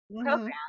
program